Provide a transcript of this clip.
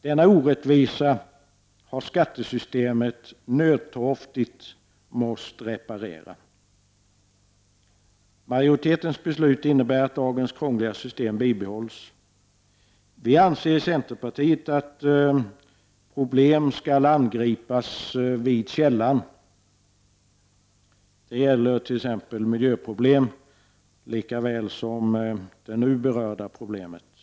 Denna orättvisa har skattesystemet nödtorftigt måst reparera. Majoritetens beslut innebär att dagens krångliga system bibehålls. Vi i centerpartiet anser att problem skall angripas vid källan. Det gäller t.ex. miljöproblem lika väl som det nu berörda problemet.